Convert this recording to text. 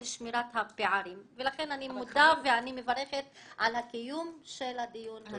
שמירת הפערים ולכן אני מודה ואני מברכת על הקיום של הדיון הזה.